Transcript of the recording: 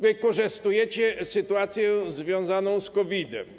Wykorzystujecie sytuację związaną z COVID-em.